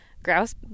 grouse